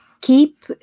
keep